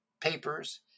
papers